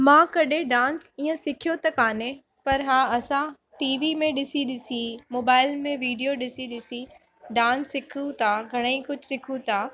मां कॾहिं डांस ईअं सिखियो त कान्हे पर हा असां टीवी में ॾिसी ॾिसी मोबाइल में विडियो ॾिसी ॾिसी डांस सिखूं था घणेई कुझु सिखूं था